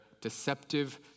deceptive